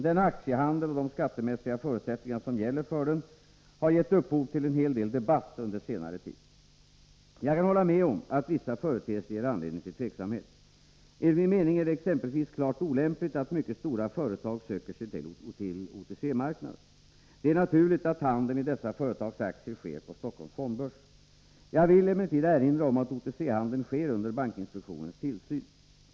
Denna aktiehandel och de skattemässiga förutsättningarna som gäller för den har givit upphov till en hel del debatt under senare tid. Jag kan hålla med om att vissa företeelser ger anledning till tveksamhet. Enligt min mening är det exempelvis klart olämpligt att mycket stora företag söker sig till OTC-marknaden. Det är naturligt att handeln i dessa företags aktier sker på Stockholms fondbörs. Jag vill emellertid erinra om att OTC-handeln sker under bankinspektionens tillsyn.